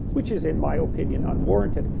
which is in my opinion unwarranted,